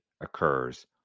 occurs